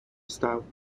style